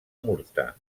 murta